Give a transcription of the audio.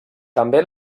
també